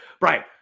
Right